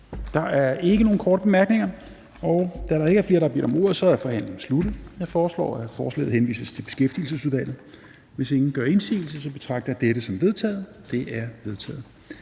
Der er ikke nogen korte bemærkninger. Da der ikke er flere, der har bedt om ordet, er forhandlingen sluttet. Jeg foreslår, at forslaget til folketingsbeslutning henvises til Beskæftigelsesudvalget. Hvis ingen gør indsigelse, betragter jeg dette som vedtaget. Det er vedtaget.